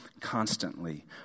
constantly